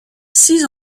six